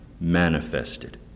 manifested